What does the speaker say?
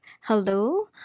hello